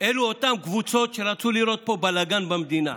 אלו אותן קבוצות שרצו לראות פה בלגן במדינה,